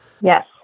Yes